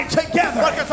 together